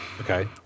Okay